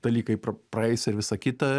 dalykai praeis ir visa kita